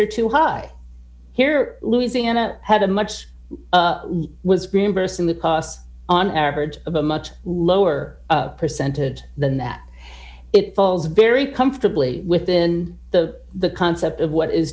are too high here louisiana have a much was reimbursing the costs on average of a much lower percentage than that it falls very comfortably within the the concept of what is